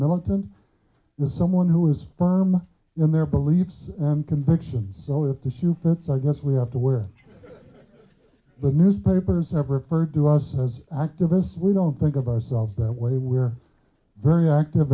the someone who is firm in their beliefs and convictions so if the shoe fits i guess we have to wear the newspapers never referred to us as activists we don't think of ourselves that way we're very active